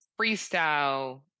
freestyle